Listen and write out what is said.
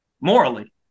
morally